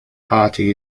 party